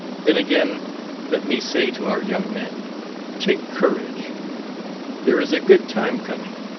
then again let me say to our young men take courage there is a good time coming.